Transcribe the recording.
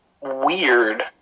weird